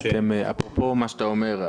אפרופו מה שאתה אומר,